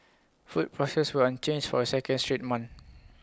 food prices were unchanged for A second straight month